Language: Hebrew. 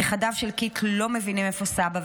נכדיו של קית' לא מבינים איפה סבא,